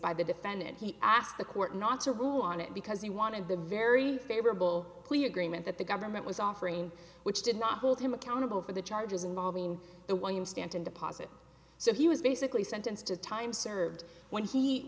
by the defendant he asked the court not to rule on it because he wanted the very favorable plea agreement that the government was offering which did not hold him accountable for the charges involving the william stanton deposit so he was basically sentenced to time served when he